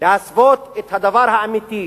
להסוות את הדבר האמיתי,